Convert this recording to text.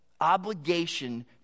obligation